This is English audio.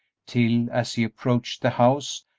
till, as he approached the house,